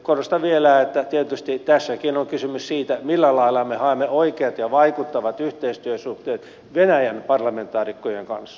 korostan vielä että tietysti tässäkin on kysymys siitä millä lailla me haemme oikeat ja vaikuttavat yhteistyösuhteet venäjän parlamentaarikkojen kanssa